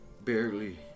barely